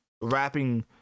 rapping